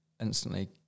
instantly